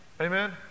Amen